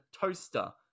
toaster